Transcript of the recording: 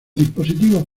dispositivos